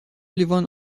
لیوان